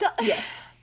Yes